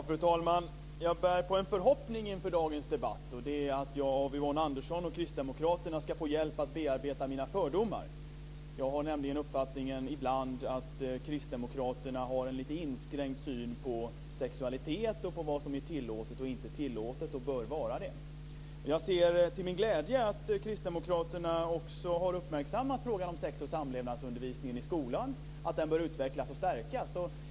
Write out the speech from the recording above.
Fru talman! Jag bär på en förhoppning inför dagens debatt, och det är att jag av Yvonne Andersson och kristdemokraterna ska få hjälp att bearbeta mina fördomar. Jag har nämligen ibland uppfattningen att kristdemokraterna har en lite inskränkt syn på sexualitet och på vad som är tillåtet och inte tillåtet och på vad som bör vara det. Jag ser till min glädje att kristdemokraterna också har uppmärksammat frågan om sex och samlevnadsundervisningen i skolan, att den bör utvecklas och stärkas.